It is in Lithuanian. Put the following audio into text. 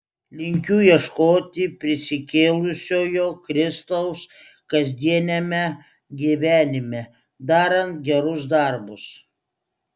linkiu ieškoti prisikėlusiojo kristaus kasdieniame gyvenime darant gerus darbus